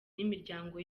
n’imiryango